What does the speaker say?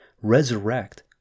resurrect